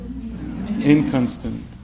inconstant